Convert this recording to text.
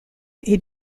est